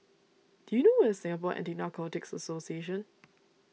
do you know where is Singapore Anti Narcotics Association